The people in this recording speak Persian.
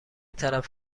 طرف